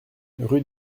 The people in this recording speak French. rue